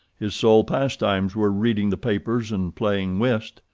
his sole pastimes were reading the papers and playing whist.